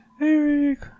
Eric